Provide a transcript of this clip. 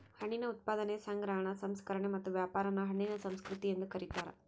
ಹಣ್ಣಿನ ಉತ್ಪಾದನೆ ಸಂಗ್ರಹ ಸಂಸ್ಕರಣೆ ಮತ್ತು ವ್ಯಾಪಾರಾನ ಹಣ್ಣಿನ ಸಂಸ್ಕೃತಿ ಎಂದು ಕರೀತಾರ